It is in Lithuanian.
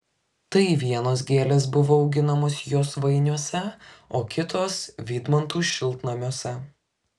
tai vienos gėlės buvo auginamos josvainiuose o kitos vydmantų šiltnamiuose